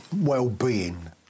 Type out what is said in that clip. well-being